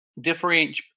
differentiate